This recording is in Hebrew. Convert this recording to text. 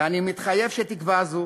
ואני מתחייב שתקווה זו